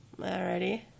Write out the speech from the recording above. Alrighty